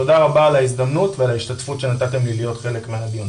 תודה רבה על ההזדמנות ועל ההשתתפות שנתתם לי להיות חלק מהדיון.